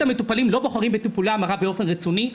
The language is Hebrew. המטופלים לא בוחרים בטיפולי ההמרה באופן רצוני.